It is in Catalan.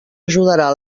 ajudarà